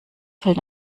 fällt